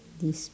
this